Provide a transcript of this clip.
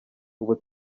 ubu